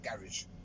garage